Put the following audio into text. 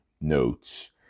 notes